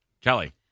Kelly